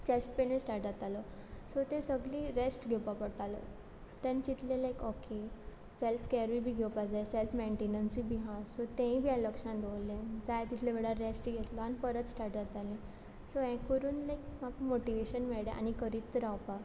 chest पेनूय start जातालो सो ते सगली रॅस्ट घेवपा पोडटालो तेन्न चिंतलें लायक ऑके सॅल्फ कॅरूय बी घेवपा जाय सॅल्फ मँटेनन्सूय बी हा सो तेंय बी हांव लक्षान दवरलें जाय तितले वेडा रॅस्ट घेतलो आनी परत स्टाट जातालें सो हें करून लायक म्हाका मोटिवेशन मेळ्ळें आनी करीत रावपा